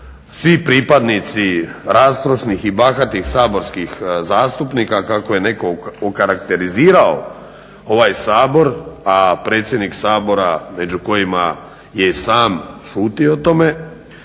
svi pripadnici rastrošnih i bahatih saborskih zastupnika kako je netko okarakterizirao ovaj Sabor, a predsjednik Sabora među kojima je i sam šuti o tome